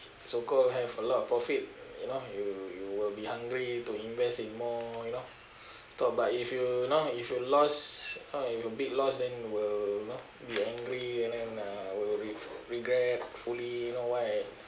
so called have a lot of profit you know you you will be hungry to invest in more you know stock but if you you know if you loss oh if you big loss then will you know be angry and then uh will re~ regret fully you know why